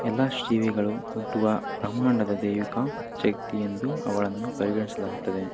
ಎಲ್ಲ ಜೀವಿಗಳು ಹುಟ್ಟುವ ಬ್ರಹ್ಮಾಂಡದ ದೈವಿಕ ಶಕ್ತಿಯೆಂದು ಅವಳನ್ನು ಪರಿಗಣಿಸಲಾಗುತ್ತದೆ